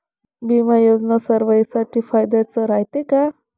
बिमा योजना सर्वाईसाठी फायद्याचं रायते का?